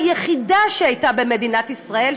היחידה שהייתה במדינת ישראל,